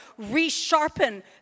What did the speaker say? resharpen